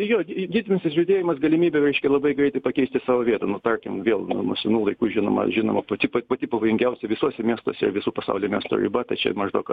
jo didmiestis judėjimas galimybė reiškia labai greitai pakeisti savo vietą nu tarkim vėl nuo nuo senų laikų žinoma žinoma plačiai pa pati pavojingiausia visuose miestuose visų pasaulių miestų riba tai čia maždaug